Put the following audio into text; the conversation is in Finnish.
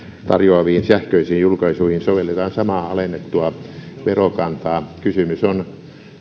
tarjoaviin sähköisiin julkaisuihin sovelletaan samaa alennettua verokantaa kysymys on